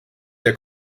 der